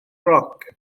roc